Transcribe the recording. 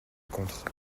contre